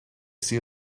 see